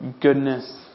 goodness